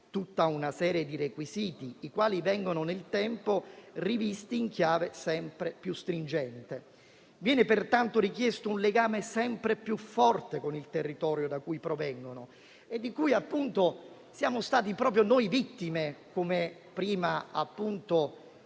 tutta una serie di requisiti, i quali vengono nel tempo rivisti in chiave sempre più stringente. Viene pertanto richiesto un legame sempre più forte con il territorio da cui provengono, di cui siamo stati proprio noi vittime, come prima si